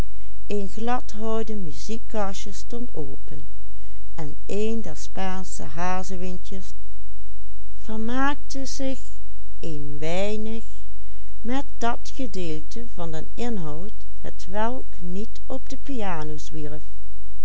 een der spaansche hazewindjes vermaakte zich een weinig met dat gedeelte van den inhoud hetwelk niet op de piano zwierf